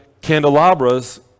candelabras